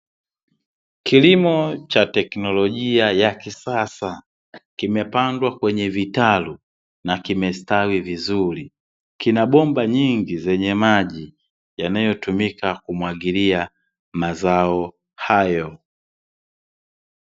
Kilimo cha teknolojia ya kisasa kimepandwa kwenye vitalu na kimestawi vizuri. Kina bomba nyingi zenye maji yanayotumika kumwagilia mazao hayo.